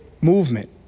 movement